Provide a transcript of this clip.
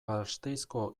gasteizko